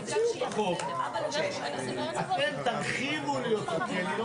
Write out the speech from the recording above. אמרתי לו שלהגיד לי לפתוח חלונות זה כמו